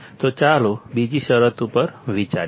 તેથી ચાલો બીજી શરત ઉપર વિચાર કરીએ